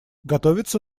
готовится